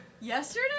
Yesterday